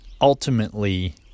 ultimately